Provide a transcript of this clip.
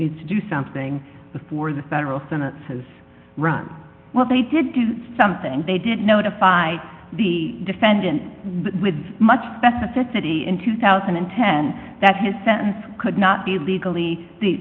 need to do something before the federal senate has run well they did something they did notify the defendant with much specificity in two thousand and ten that his sentence could the legally the